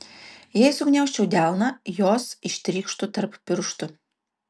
jei sugniaužčiau delną jos ištrykštų tarp pirštų